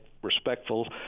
Respectful